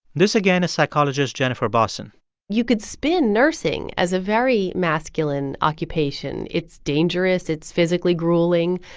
this, again, is psychologist jennifer bosson you could spin nursing as a very masculine occupation. it's dangerous. it's physically grueling.